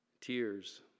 tears